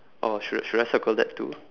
orh should should I circle that too